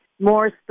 more